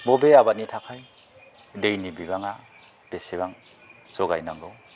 बबे आबादनि थाखाय दैनि बिबाङा बेसेबां जगायनांगौ